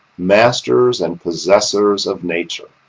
masters and possessors of nature.